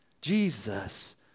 Jesus